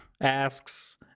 asks